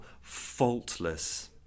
faultless